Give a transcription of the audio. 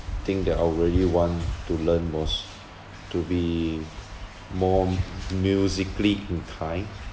thing that I would really want to learn was to be more musically inclined